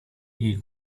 jej